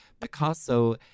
Picasso